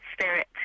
spirit